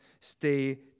stay